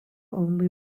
only